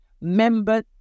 member